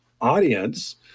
audience